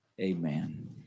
Amen